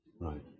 Right